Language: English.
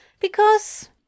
Because